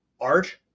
art